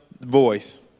voice